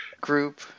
group